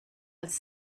als